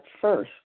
first